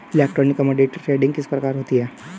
Electronic commodity trading किस प्रकार होती है?